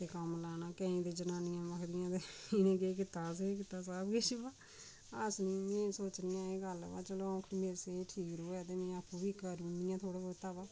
कम्म लाना केईं ते जनानियां आखदियां कि इनें केह् कीता असें गै कीता सब किश बा अस नी एह् सोचने एह गल्ल बा चलो आ'ऊं आखनी मेरी सेह्त ठीक रवै ते में आपूं बी करुनी थोह्ड़ा बौह्ता बा